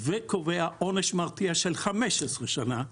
וקובע עונש מרתיע של 15 שנה.